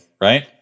Right